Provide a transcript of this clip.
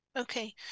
Okay